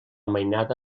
mainada